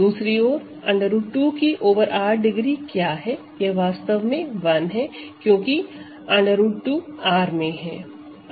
दूसरी ओर √2 की ओवर R डिग्री क्या है यह वास्तव में 1 है क्योंकि √2 R में है